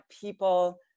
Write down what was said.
people